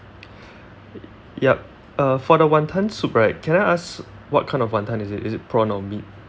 yup uh for the wonton soup right can I ask what kind of wonton is it is it prawn or meat